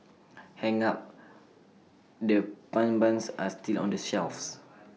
hang up the pun buns are still on the shelves